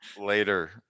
later